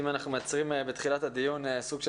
אם אנחנו מייצרים מתחילת הדיון סוג של